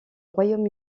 royaume